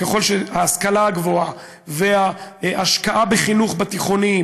ככל שההשכלה הגבוהה וההשקעה בתיכונים,